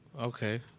Okay